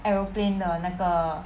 aeroplane 的那个